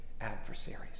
adversaries